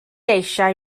eisiau